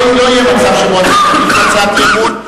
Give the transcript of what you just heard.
לא יהיה מצב שבו, הצעת אי-אמון.